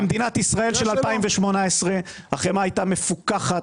במדינת ישראל של 2018 החמאה היתה מפוקחת